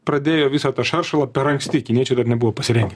pradėjo visą tą šaršalą per anksti kiniečiai dar nebuvo pasirengę